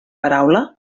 paraula